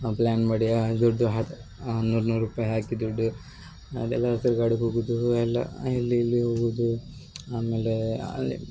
plan ಮಾಡಿ ದುಡ್ಡು ನೂರು ನೂರು ರೂಪಾಯಿ ಹಾಕಿ ದುಡ್ಡು ಅಲ್ಲೆಲ್ಲ ತಿರ್ಗಾಡಕ್ಕೆ ಹೋಗುದು ಎಲ್ಲ ಅಲ್ಲಿ ಇಲ್ಲಿ ಹೋಗುದು ಆಮೇಲೆ ಅಲ್ಲಿ